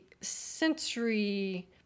sensory